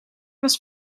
was